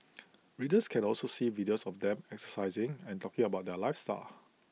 readers can also see videos of the them exercising and talking about their lifestyle